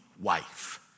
wife